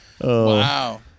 Wow